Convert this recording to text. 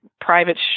private